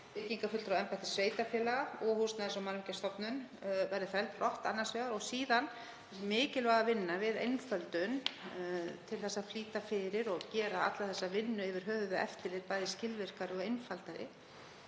byggingarfulltrúaembætti sveitarfélaga og Húsnæðis- og mannvirkjastofnun verði felld brott annars vegar og síðan mikilvæg vinna við einföldun til að flýta fyrir og gera alla þessa vinnu yfir höfuð við eftirlit bæði skilvirkari og einfaldari